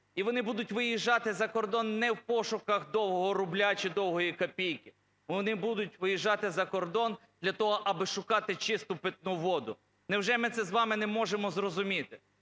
і вони будуть виїжджати за кордон не в пошуках довгого рубля чи довгої копійки, вони будуть виїжджати за кордон для того, аби шукати чисту питну воду. Невже ми це з вами не можемо зрозуміти?